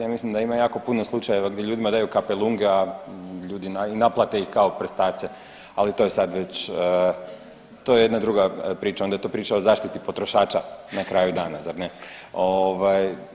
Ja mislim da ima jako puno slučajeva gdje ljudima daju kapelunge, a ljudi i naplate ih kao prstace, ali to je sad već to je jedna druga priča onda je to priča o zaštiti potrošača na kraju dana zar ne?